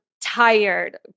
tired